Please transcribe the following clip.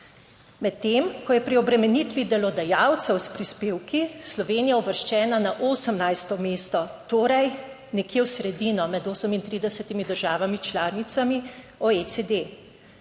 Medtem ko je pri obremenitvi delodajalcev s prispevki, Slovenija uvrščena na 18. mesto, torej nekje v sredino med 38 državami članicami OECD.